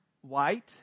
white